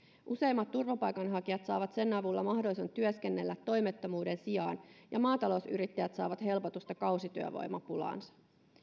useimmat turvapaikanhakijat saavat sen avulla mahdollisuuden työskennellä toimettomuuden sijaan ja maatalousyrittäjät saavat helpotusta kausityövoimapulaansa